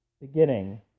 beginning